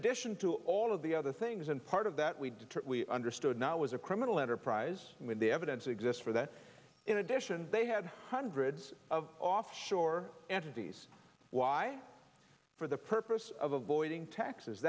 addition to all of the other things and part of that we did we understood now was a criminal enterprise with the evidence exists for that in addition they had hundreds of offshore entities why for the purpose of avoiding taxes